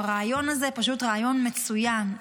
הרעיון הזה פשוט רעיון מצוין,